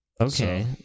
Okay